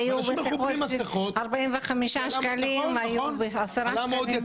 היו מסכות ב-45 שקלים והיו בעשרה שקלים.